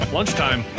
Lunchtime